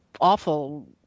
awful